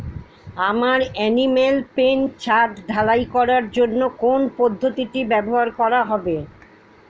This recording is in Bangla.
আমার এনিম্যাল পেন ছাদ ঢালাই করার জন্য কোন পদ্ধতিটি ব্যবহার করা হবে?